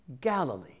galilee